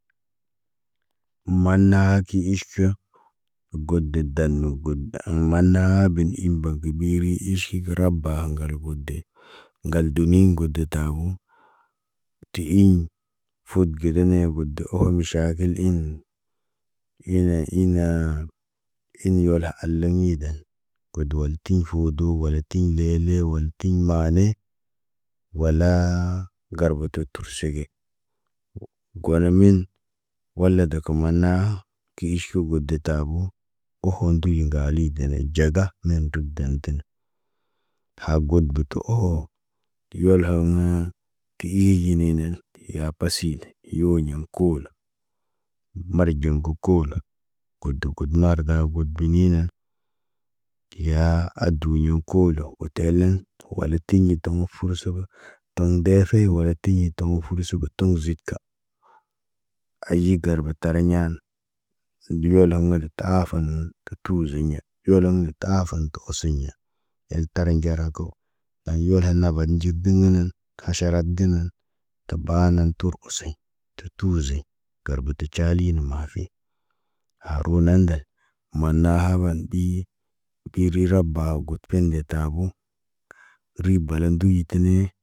Maanna ki iʃ kə. God de dano, got haŋg maanna bin iba gi ɓiri iʃ kə raba ŋgal gude. Ŋgal domiŋgo de tabo. Ti iŋg, foot ge de ne got da oho miʃakil iŋg. Yene inaa, in yola alaŋg ɲidan. Got woltifo do wala tiɲ le le wala tiɲ maane. Walaa ŋgar bata tosege. Gola min, wala daka mona ha, kii iiʃ kə got ga tabu. Oho nduyi ŋgali dene ɟaga, neen dub dan tine. Haa got duto ohowo, piyol haŋg naa, ti iiji ney nen, ya paside, yoɲaŋg koola. Mar ɟəŋg gə koola, god də god marda, god biniinen. Teyaa, aduyoŋg koolo, wo telnen. Wala tiɲi toŋgo fursaba, toŋg deefe, wala tiɲi toŋg fudsuga, toŋg zidka. Ayi garba tariɲa, diyol hamana ta aafən, ka tuuzeɲa, yoloŋg nə aafən kə osiɲa. Yen tara nɟarako, ɗaŋg yohel bad ɟidiŋg nəŋg, kaʃarad gina. Tabaa nan tur oseɲ, tatuze, garbata caalina maafi. Haaruna nandal, maana haban ɗi. Kiri rabaw got pende tabu, ribala nduyi tene.